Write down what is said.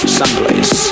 someplace